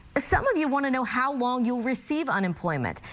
some of you want to know how long you'll receive unemployment.